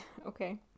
Okay